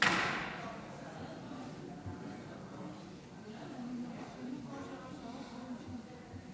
אני מודיע שהצעת חוק הבנקאות (רישוי)